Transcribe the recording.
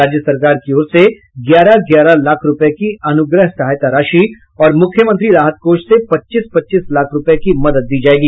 राज्य सरकार की ओर से ग्यारह ग्यारह लाख रूपये की अनुग्रह सहायता राशि और मुख्यमंत्री राहत कोष से पच्चीस पच्चीस लाख रूपये की मदद दी जायेगी